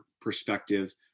perspective